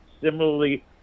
Similarly